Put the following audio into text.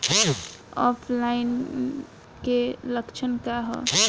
ऑफलाइनके लक्षण क वा?